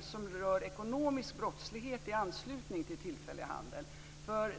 som rörande ekonomisk brottslighet i anslutning till tillfällig handel.